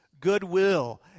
goodwill